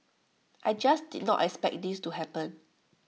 I just did not expect this to happen